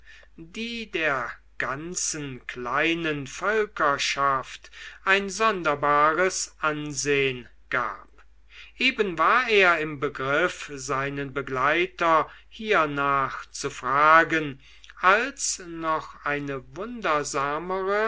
die der ganzen kleinen völkerschaft ein sonderbares ansehn gab eben war er im begriff seinen begleiter hiernach zu fragen als noch eine